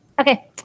okay